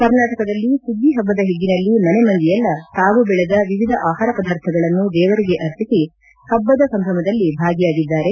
ಕರ್ನಾಟಕದಲ್ಲಿ ಸುಗ್ಗಿ ಹಬ್ಬದ ಹಿಗ್ಗಿನಲ್ಲಿ ಮನೆ ಮಂದಿಯೆಲ್ಲಾ ತಾವು ಬೆಳೆದ ವಿವಿಧ ಆಹಾರಪದಾರ್ಥಗಳನ್ನು ದೇವರಿಗೆ ಅರ್ಪಿಸಿ ಹಬ್ಲದ ಸಂಭ್ರಮದಲ್ಲಿ ಭಾಗಿಯಾಗಿದ್ದಾರೆ